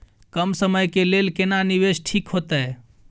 कम समय के लेल केना निवेश ठीक होते?